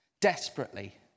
Desperately